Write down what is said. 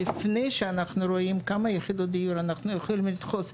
לפני שאנחנו רואים כמה יחידות דיור אנחנו יכולים לדחוס.